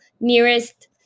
nearest